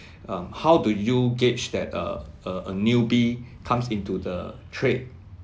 how do you gauge that a a a newbie comes into the trade